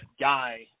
guy